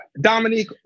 Dominique